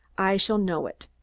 i shall know it,